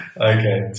Okay